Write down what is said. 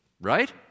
right